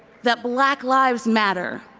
that black lives matter,